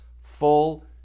Full